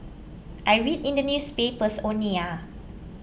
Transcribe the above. I read in the newspapers only ah